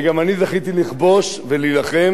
וגם אני זכיתי לכבוש ולהילחם,